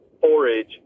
forage